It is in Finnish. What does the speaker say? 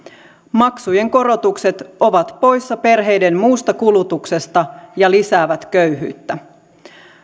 maksujen korotukset ovat poissa perheiden muusta kulutuksesta ja lisäävät köyhyyttä